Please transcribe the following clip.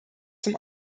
zum